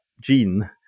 gene